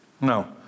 No